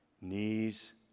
knees